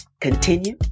continue